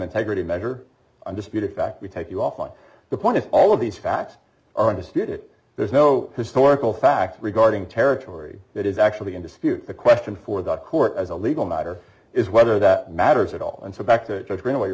integrity measure undisputed fact we take you off on the point to all of these facts are understood it there's no historical facts regarding territory that is actually in dispute the question for the court as a legal matter is whether that matters at all and so back to